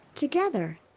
together.